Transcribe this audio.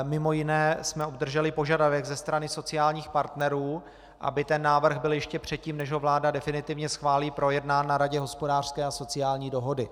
Mimo jiné jsme obdrželi požadavek ze strany sociálních partnerů, aby ten návrh byl ještě předtím, než ho vláda definitivně schválí, projednán na Radě hospodářské a sociální dohody.